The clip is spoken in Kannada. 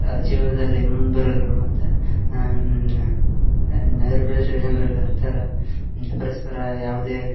ಜೀವನದಲ್ಲಿ ಮುಂದೆ ಬರಲು ಮತ್ತು ನಗರ ಪ್ರದೇಶ ಜನ್ರಿಗೆ ಆ ಥರ ಪರಸ್ಪರ ಯಾವುದೇ